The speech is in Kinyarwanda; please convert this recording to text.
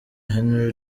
henry